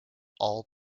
all